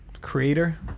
Creator